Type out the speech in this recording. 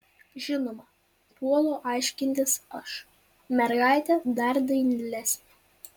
žinoma puolu aiškintis aš mergaitė dar dailesnė